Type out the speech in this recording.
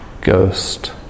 ghost